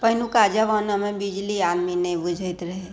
पहिलुका जबानामे बिजली आदमी नहि बुझैत रहै